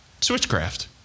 Switchcraft